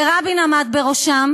ורבין עמד בראשה,